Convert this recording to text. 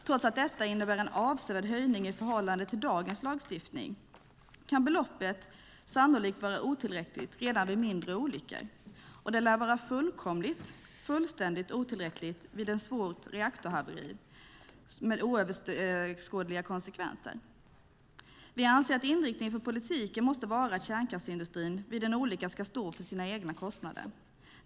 Trots att detta innebär en avsevärd höjning i förhållande till dagens lagstiftning kan beloppet sannolikt vara otillräckligt redan vid mindre olyckor, och det lär vara fullständigt otillräckligt vid ett svårt reaktorhaveri med oöverskådliga konsekvenser. Vi anser att inriktningen på politiken måste vara att kärnkraftsindustrin vid en olycka ska stå för sina egna kostnader.